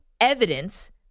evidence